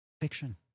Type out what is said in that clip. fiction